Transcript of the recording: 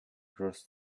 cross